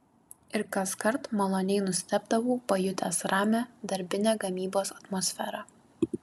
ir kaskart maloniai nustebdavau pajutęs ramią darbinę gamybos atmosferą